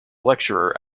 lecturer